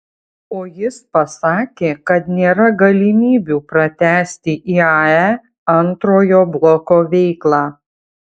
o jis pasakė kad nėra galimybių pratęsti iae antrojo bloko veiklą